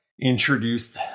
introduced